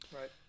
Right